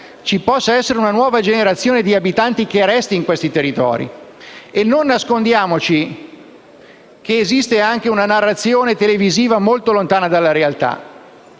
possa esservi una nuova generazione di abitanti che resti lì. Non nascondiamoci che esiste anche una narrazione televisiva molto lontana dalla realtà.